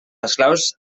esclaus